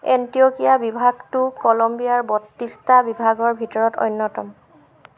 Antioquia বিভাগটো কলম্বিয়াৰ বত্ৰিশটা বিভাগৰ ভিতৰত অন্যতম